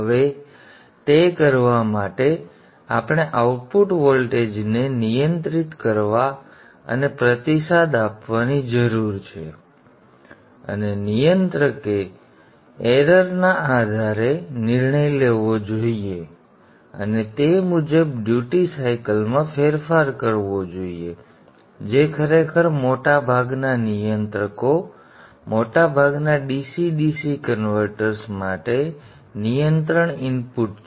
હવે તે કરવા માટે આપણે આઉટપુટ વોલ્ટેજને નિયંત્રિત કરવા અને પ્રતિસાદ આપવાની જરૂર છે અને નિયંત્રકે ભૂલના આધારે નિર્ણય લેવો જોઈએ અને તે મુજબ ડ્યુટી સાયકલ માં ફેરફાર કરવો જોઈએ જે ખરેખર મોટાભાગના નિયંત્રકો મોટાભાગના DC DC કન્વર્ટર્સ માટે નિયંત્રણ ઇનપુટ છે